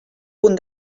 punt